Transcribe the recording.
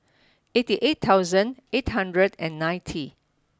eighty eight thousand eight hundred and ninety